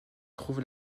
trouve